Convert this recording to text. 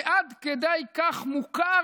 זה עד כדי כך מוכר,